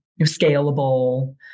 scalable